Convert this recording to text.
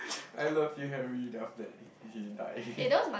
I love you Harry then after that he he die